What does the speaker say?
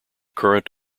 current